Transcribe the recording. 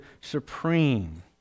supreme